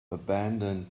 abandoned